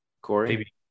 Corey